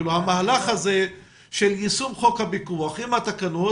המהלך הזה של יישום חוק הפיקוח עם התקנות